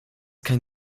kann